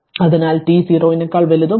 അതിനാൽ t 0 നേക്കാൾ വലുതും 0